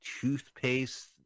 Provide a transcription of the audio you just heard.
toothpaste